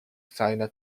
seine